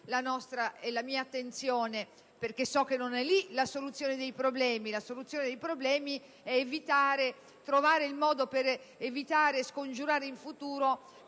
la nostra e la mia attenzione, perché so che non è lì la soluzione dei problemi. Occorre invece trovare il modo di evitare, scongiurare in futuro